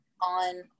on